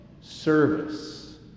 service